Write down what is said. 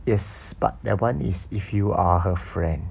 yes but that [one] is if you are her friend